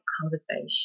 conversation